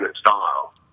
style